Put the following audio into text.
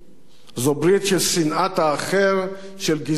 זו ברית של שנאת האחר, של גזענות והתלהמות.